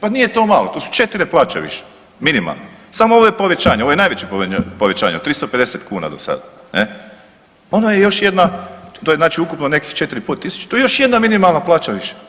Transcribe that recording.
Pa nije to malo, to su četiri plaće više minimalne, samo ovo povećanje, ovo je najveće povećanje od 350 kuna do sada ne, ono je još jedna, to je znači ukupno nekih 4,5 tisuće to je još jedna minimalna plaća više.